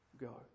go